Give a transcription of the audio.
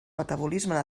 metabolisme